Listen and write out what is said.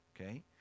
okay